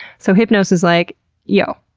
so hypnos is like yo,